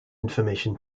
information